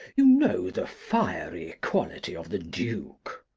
you know the fiery quauty of the duke.